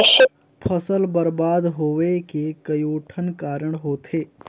फसल बरबाद होवे के कयोठन कारण होथे